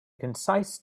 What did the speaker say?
concise